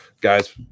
guys